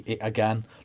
again